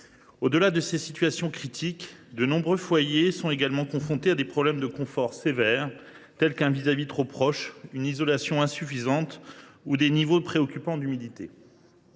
Au delà de ces situations critiques, de nombreux foyers sont également confrontés à de véritables problèmes de confort, tels qu’un vis à vis trop proche, une isolation insuffisante ou des niveaux préoccupants d’humidité.